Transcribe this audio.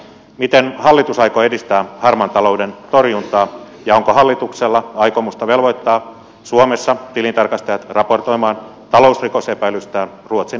miten hallitus aikoo edistää harmaan talouden torjuntaa ja onko hallituksella aikomusta velvoittaa suomessa tilintarkastajat raportoimaan talousrikosepäilyistään ruotsin mallin mukaisesti